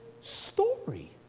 story